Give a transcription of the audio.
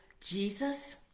Jesus